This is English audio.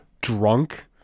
Drunk